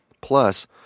Plus